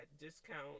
discount